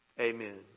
amen